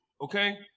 Okay